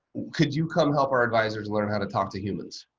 could you come help our advisors learn how to talk to humans?